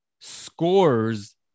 scores